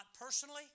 personally